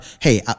hey